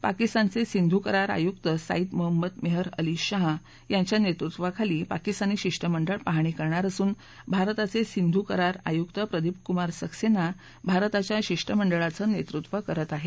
पाकिस्तानचे सिंधु करार आयुक्त साईद मोहम्मद मेहर अली शाह यांच्या नेतृत्वाखाली पाकिस्तानी शिष्टमंडळ पाहणी करणार असून भारताचे सिंधु करार आयुक्त प्रदीप कुमार सक्सेना भारताच्या शिष्टमंडळाचं नेतृत्व करत आहेत